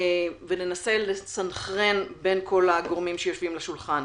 וננסה לסנכרן בין כל הגורמים שיושבים סביב השולחן.